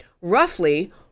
roughly